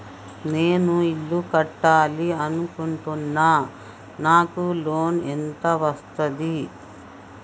నేను ఇల్లు కట్టాలి అనుకుంటున్నా? నాకు లోన్ ఎంత వస్తది?